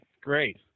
great